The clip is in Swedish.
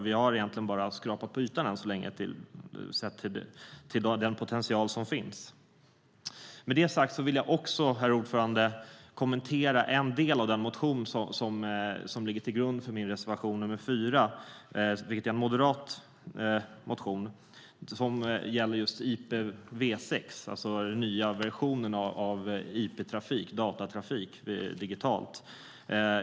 Vi har egentligen bara skrapat på ytan sett till den potential som finns. Med detta sagt vill jag också, herr talman, kommentera en del av den motion som ligger till grund för min reservation nr 4, en moderat motion. Motionen tar upp frågan om IPv6, den nya versionen av IP-trafik - datatrafik - digitalt.